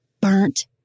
burnt